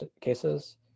cases